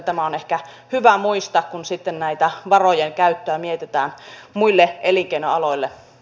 tämä on ehkä hyvä muistaa kun sitten tätä varojen käyttöä mietitään muille elinkeinoaloille